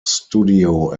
studio